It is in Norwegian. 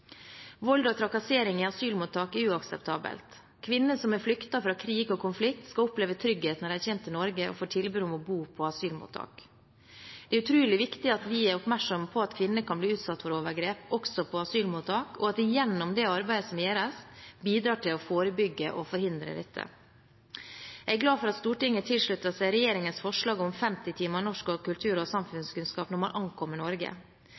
Vold og trakassering i asylmottak er uakseptabelt. Kvinner som har flyktet fra krig og konflikt, skal oppleve trygghet når de kommer til Norge og får tilbud om å bo på asylmottak. Det er utrolig viktig at vi er oppmerksomme på at kvinner kan bli utsatt for overgrep også på asylmottak, og at vi gjennom det arbeidet som gjøres, bidrar til å forebygge og forhindre dette. Jeg er glad for at Stortinget slutter seg til regjeringens forslag om 50 timer norsk og kultur og samfunnskunnskap når man ankommer Norge.